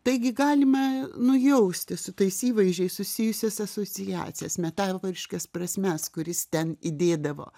taigi galime nujausti su tais įvaizdžiais susijusias asociacijas metaforiškas prasmes kuris ten įdėdavo